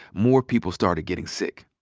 more people started getting sick.